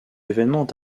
événements